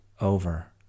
over